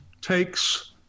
takes